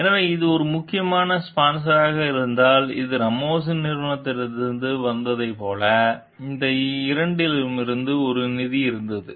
எனவே இது முக்கிய ஸ்பான்சராக இருந்தது இது ராமோஸின் நிறுவனத்திலிருந்து வந்ததைப் போல இந்த இரண்டிலிருந்து ஒரு நிதி இருந்தது